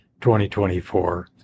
2024